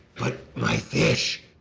but my fish,